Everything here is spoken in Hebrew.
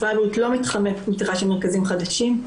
משרד הבריאות לא מתחמק מפתיחה של מרכזים חדשים.